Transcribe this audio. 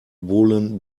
woolen